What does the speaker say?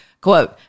Quote